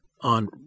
on